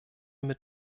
mit